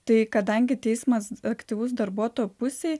tai kadangi teismas aktyvus darbuotojo pusėj